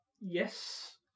Yes